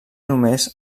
només